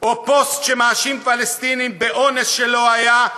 או פוסט שמאשים פלסטינים באונס שלא היה,